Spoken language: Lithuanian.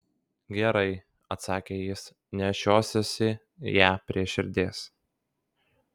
gerai atsakė jis nešiosiuosi ją prie širdies